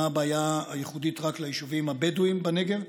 אינה בעיה ייחודית ליישובים הבדואיים בנגב.